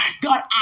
God